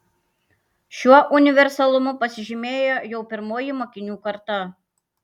šiuo universalumu pasižymėjo jau pirmoji mokinių karta